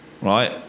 right